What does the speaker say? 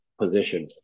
position